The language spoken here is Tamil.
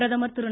பிரதமர் திரு